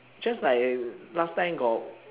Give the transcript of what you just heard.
just like last time got